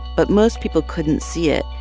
but most people couldn't see it,